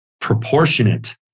proportionate